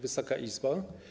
Wysoka Izbo!